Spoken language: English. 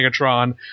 Megatron